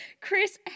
Chris